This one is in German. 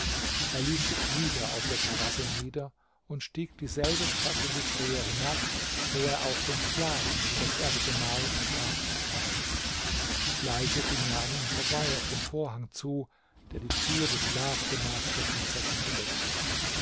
er ließ sich wieder auf der terrasse nieder und stieg dieselbe treppe wie früher hinab wo er auch den sklaven wie das erste mal schlafend fand leise ging er an ihm vorbei auf den vorhang zu der die türe des schlafgemachs der prinzessin bedeckte